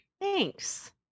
Thanks